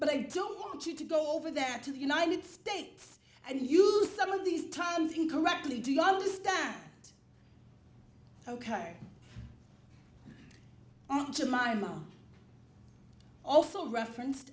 but i don't want you to go over that to the united states and use some of these terms incorrectly do you understand ok my mom also referenced